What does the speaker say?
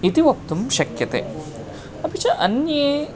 इति वक्तुं शक्यते अपि च अन्ये